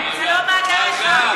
לא, זה לא מאגר אחד.